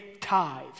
tithe